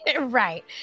right